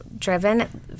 driven